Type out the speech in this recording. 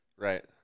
right